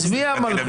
אז מי המלכות?